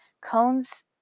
Cones